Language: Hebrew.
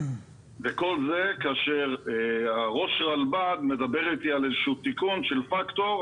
וכל זה כאשר ראש הרלב"ד מדבר אתי על איזשהו תיקון של פקטור.